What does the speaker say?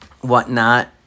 whatnot